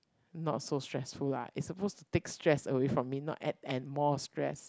not so stressful lah it's supposed to take stress away from me not add and more stress